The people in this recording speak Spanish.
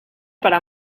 para